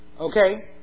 Okay